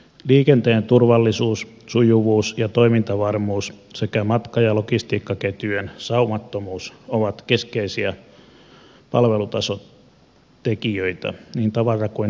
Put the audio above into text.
liikenteen turvallisuus sujuvuus ja toimintavarmuus sekä matka ja logistiikkaketjujen saumattomuus ovat keskeisiä palvelutasotekijöitä niin tavara kuin henkilöliikenteessäkin